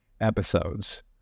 episodes